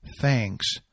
thanks